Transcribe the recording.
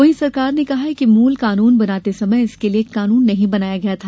वहीं सरकार ने कहा कि मूल कानून बनाते समय इसके लिये कानून नहीं बनाया गया था